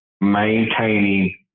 maintaining